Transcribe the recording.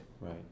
Right